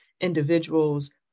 individuals